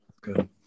Good